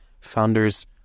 founders